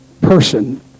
person